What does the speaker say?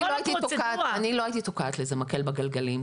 כל הפרוצדורה --- אני לא הייתי תוקעת לזה מקל בגלגלים,